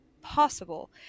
possible